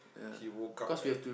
he woke up at